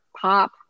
pop